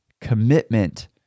commitment